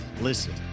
Listen